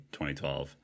2012